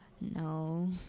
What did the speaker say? no